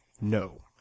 No